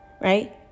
right